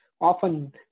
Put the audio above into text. often